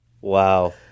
Wow